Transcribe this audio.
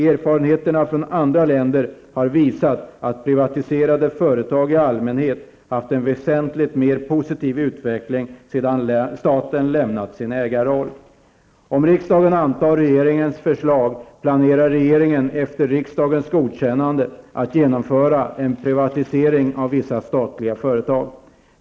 Erfarenheter från andra länder har visat att privatiserade företag i allmänhet haft en väsentligt mer positiv utveckling sedan staten lämnat sin ägarroll. Om riksdagen antar regeringens förslag planerar regeringen att efter riksdagens godkännande genomföra en privatisering av vissa statliga företag.